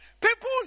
People